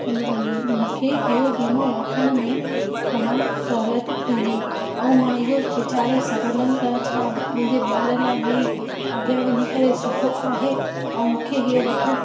मूंखे इहो वीमो वठण में तमामु सहूलियत थींदी ऐं मां इहो वीचारे सघंदमि त छा मुंहिंजे ॿार लाइ ही अॻियां वञी करे सुठो आहे ऐं मूंखे इहो वठण